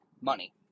money